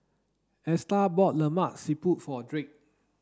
Esta bought Lemak Siput for Drake